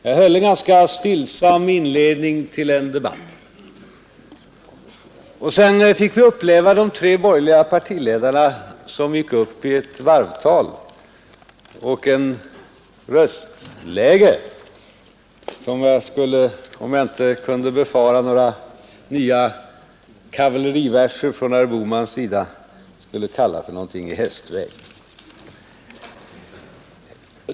Jag gjorde en ganska stillsam inledning till en debatt och sedan fick vi uppleva hur de tre borgerliga partiledarna gick upp i ett varvtal och ett röstläge som jag, om jag inte behövde befara några nya kavalleriverser från herr Bohmans sida, skulle kalla för någonting i hästväg.